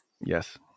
Yes